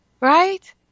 Right